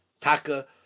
Taka